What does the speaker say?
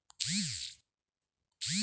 खरीप पिके कोणती?